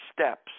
steps